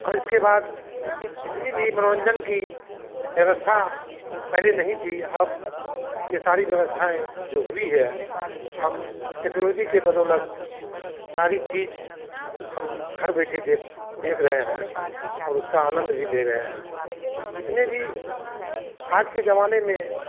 और इसके बाद जितनी भी मनोरंजन की व्यवस्था पहले नहीं थी अब ये सारी व्यवस्थाएं जो हुई हैं हम टेक्नोलोजी की बदौलत सारी चीज हम घर बैठे देख से देख रहे हैं और उसका आनंद भी ले रहे हैं जितनी भी आज के जमाने में